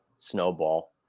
snowball